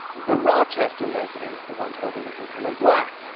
the rochester residents, the ones holding the vigil or black.